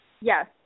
yes